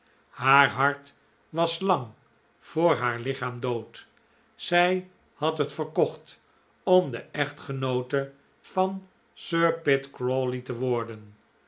haar hart was lang voor haar lichaam dood zij had het verkocht om de echtgenoote van sir pitt crawley te worden